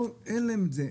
שאין להם את זה,